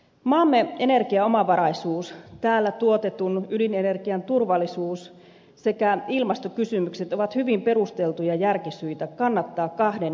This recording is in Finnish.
maamme energiaomavaraisuus täällä tuotetun ydinenergian turvallisuus sekä ilmastokysymykset ovat hyvin perusteltuja järkisyitä kannattaa kahden lisäydinvoimalan rakentamista